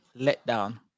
Letdown